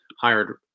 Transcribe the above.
hired